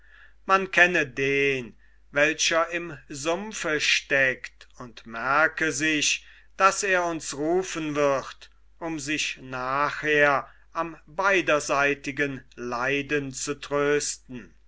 man kenne den welcher im sumpfe steckt und merke sich daß er uns rufen wird um sich nachher am beiderseitigen leiden zu trösten